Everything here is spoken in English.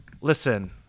Listen